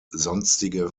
sonstige